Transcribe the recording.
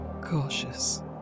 cautious